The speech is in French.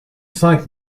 cinq